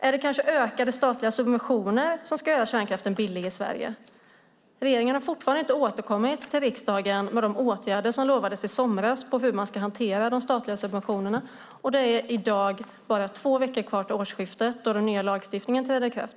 Är det kanske ökade statliga subventioner som ska göra kärnkraften billig i Sverige? Regeringen har fortfarande inte återkommit till riksdagen med de åtgärder som utlovades i somras på hur man ska hantera de statliga subventionerna. Det är i dag bara två veckor kvar till årsskiftet då den nya lagstiftningen träder i kraft.